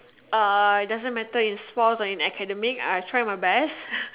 uh it doesn't matter in sports or in academic I try my best